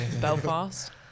Belfast